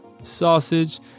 Sausage